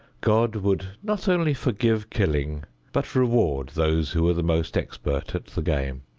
god would not only forgive killing but reward those who were the most expert at the game.